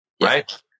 Right